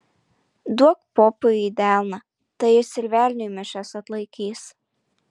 duok popui į delną tai jis ir velniui mišias atlaikys